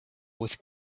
with